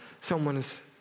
someone's